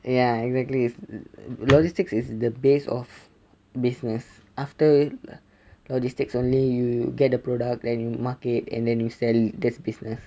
ya exactly logistics is the base of business after logistics only you get the product and market and then you sell that's business